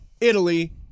Italy